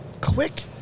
quick